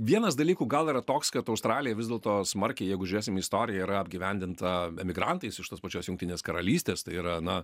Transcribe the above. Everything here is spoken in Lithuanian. vienas dalykų gal yra toks kad australija vis dėlto smarkiai jeigu žiūrėsim į istoriją yra apgyvendinta emigrantais iš tos pačios jungtinės karalystės tai yra na